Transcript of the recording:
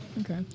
Okay